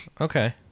Okay